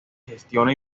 gestiona